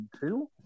two